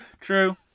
True